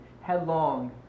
headlong